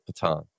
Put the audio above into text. Patan